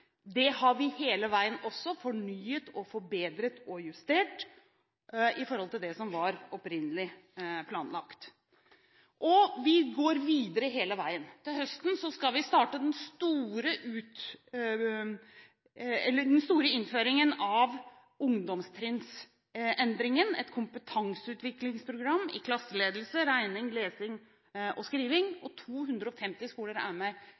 Det har vi hele veien også fornyet og forbedret og justert i forhold til det som var opprinnelig planlagt. Og vi går videre hele veien: Til høsten skal vi starte den store innføringen av ungdomstrinnsendringen, et kompetanseutviklingsprogram i klasseledelse, regning, lesing og skriving, og 250 skoler er med